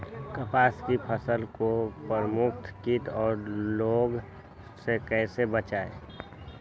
कपास की फसल को प्रमुख कीट और रोग से कैसे बचाएं?